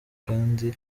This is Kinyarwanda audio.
kandi